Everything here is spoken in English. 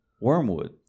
Wormwood